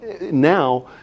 now